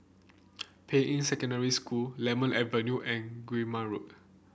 Ping Yi Secondary School Lemon Avenue and Guillemard Road